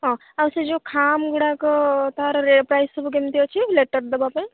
ହଁ ଆଉ ସେ ଯେଉଁ ଖାମ୍ ଗୁଡ଼ାକ ତା'ର ପ୍ରାଇସ୍ ସବୁ କେମିତି ଅଛି ଲେଟର୍ ଦେବା ପାଇଁ